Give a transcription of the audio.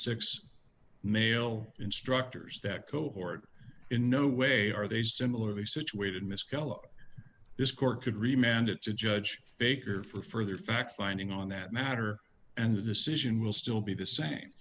six male instructors that cohort in no way are they similarly situated miss keller this court could remain and it's a judge baker for further fact finding on that matter and the decision will still be the same